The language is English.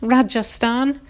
Rajasthan